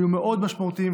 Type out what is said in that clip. היו מאוד משמעותיים,